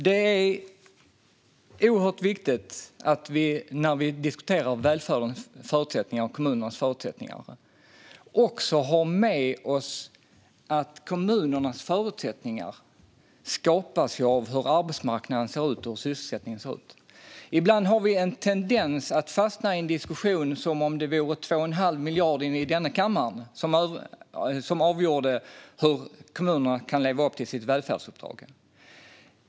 Fru talman! När vi diskuterar välfärdens och kommunernas förutsättningar är det oerhört viktigt att vi också har med oss att kommunernas förutsättningar skapas av hur arbetsmarknaden och sysselsättningen ser ut. Ibland har vi en tendens att fastna i en diskussion som om det vore 2 1⁄2 miljard kronor i denna kammare som avgjorde hur kommunerna kan leva upp till sitt välfärdsuppdrag.